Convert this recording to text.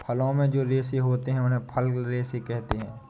फलों में जो रेशे होते हैं उन्हें फल रेशे कहते है